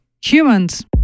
Humans